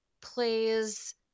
plays